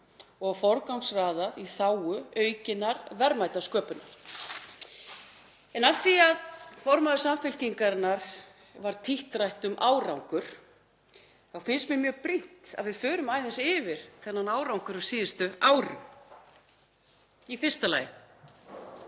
og forgangsraðað í þágu aukinnar verðmætasköpun. En af því að formanni Samfylkingarinnar varð títtrætt um árangur þá finnst mér mjög brýnt að við förum aðeins yfir þennan árangur á síðustu árum. Í fyrsta lagi: